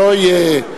שלא יהיה,